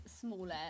smaller